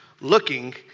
looking